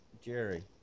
Jerry